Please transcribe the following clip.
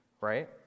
Right